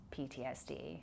PTSD